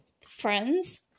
Friends